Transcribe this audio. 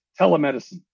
Telemedicine